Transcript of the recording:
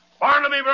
Barnaby